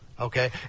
Okay